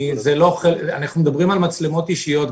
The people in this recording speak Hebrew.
אנחנו מדברים על מצלמות אישיות,